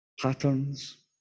patterns